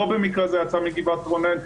לא במקרה זה יצא מגבעת רונן,